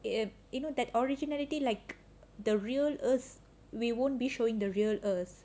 you know that originalities like the real us we won't be showing the real us